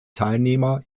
teilnehmer